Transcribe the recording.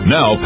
Now